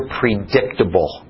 predictable